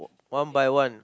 one by one